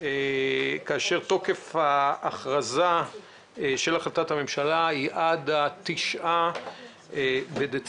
כאשר תוקף ההכרזה של החלטת הממשלה הוא עד ה-9 בדצמבר.